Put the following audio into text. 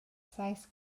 saith